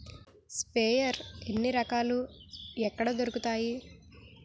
Sprayer ఎన్ని రకాలు? ఎక్కడ దొరుకుతాయి?